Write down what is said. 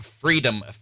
Freedom